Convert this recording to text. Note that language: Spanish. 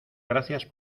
gracias